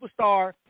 superstar